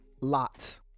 lot